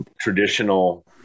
traditional